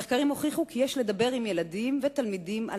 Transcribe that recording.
מחקרים הוכיחו כי יש לדבר עם ילדים ותלמידים על